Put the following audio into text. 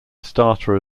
starter